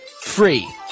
free